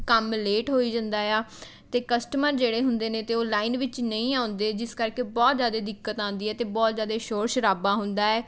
ਕੰਮ ਲੇਟ ਹੋਈ ਜਾਂਦਾ ਆ ਅਤੇ ਕਸਟਮਰ ਜਿਹੜੇ ਹੁੰਦੇ ਨੇ ਅਤੇ ਉਹ ਲਾਈਨ ਵਿੱਚ ਨਹੀਂ ਆਉਂਦੇ ਜਿਸ ਕਰਕੇ ਬਹੁਤ ਜ਼ਿਆਦਾ ਦਿੱਕਤ ਆਉਂਦੀ ਹੈ ਅਤੇ ਬਹੁਤ ਜ਼ਿਆਦਾ ਸ਼ੋਰ ਸ਼ਰਾਬਾ ਹੁੰਦਾ ਹੈ